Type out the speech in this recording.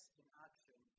inaction